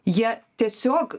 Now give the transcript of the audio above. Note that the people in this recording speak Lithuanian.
jie tiesiog